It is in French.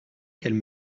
qu’elle